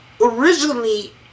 originally